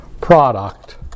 product